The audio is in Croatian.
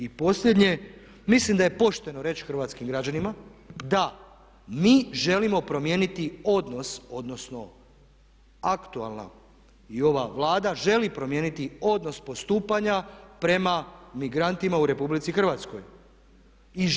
I posljednje, mislim da je pošteno reći hrvatskim građanima da mi želimo promijeniti odnos, odnosno aktualna i ova Vlada želi promijeniti odnos postupanja prema migrantima u Republici Hrvatskoj.